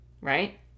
right